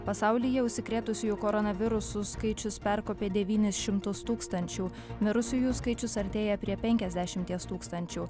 pasaulyje užsikrėtusiųjų koronavirusu skaičius perkopė devynis šimtus tūkstančių mirusiųjų skaičius artėja prie penkiasdešimties tūkstančių